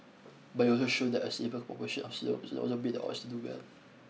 but it also showed that a significant proportion of also beat the odds do well